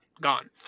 gone